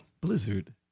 Blizzard